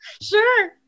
sure